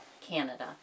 Canada